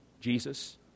Jesus